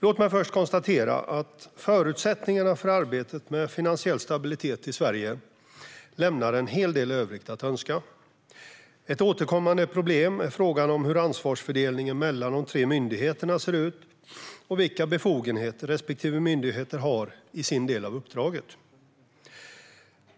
Låt mig först konstatera att förutsättningarna för arbetet med finansiell stabilitet i Sverige lämnar en hel del övrigt att önska. Ett återkommande problem är frågan om hur ansvarsfördelningen mellan de tre myndigheterna ser ut och vilka befogenheter respektive myndighet har i sin del av uppdraget.